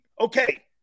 okay